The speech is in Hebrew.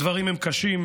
הדברים הם קשים,